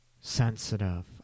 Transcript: sensitive